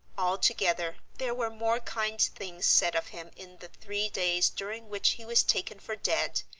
altogether there were more kind things said of him in the three days during which he was taken for dead,